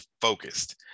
focused